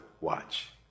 watch